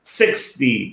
sixty